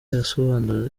arasobanura